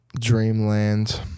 Dreamland